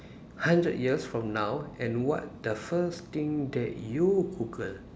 hundred years from now and what the first thing that you Google